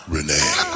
Renee